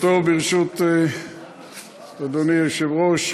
ערב טוב, ברשות אדוני היושב-ראש.